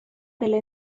delle